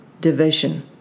division